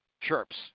chirps